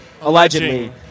Allegedly